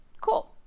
Cool